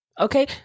okay